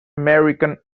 american